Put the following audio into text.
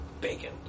bacon